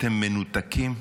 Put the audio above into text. אתם מנותקים?